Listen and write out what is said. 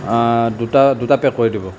দুটা দুটা পেক কৰি দিব